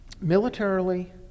militarily